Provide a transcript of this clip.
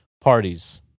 parties